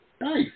Nice